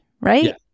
right